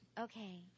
Okay